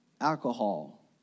Alcohol